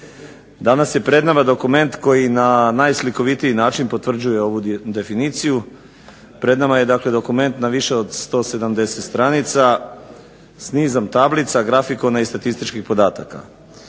Danas je pred nama dokument koji na najslikovitiji način potvrđuje ovu definiciju. Pred nama je dakle dokument na više od 170 stranica s nizom tablica, grafikona i statističkih podataka.